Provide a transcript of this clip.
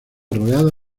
rodeada